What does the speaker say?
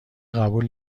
قبول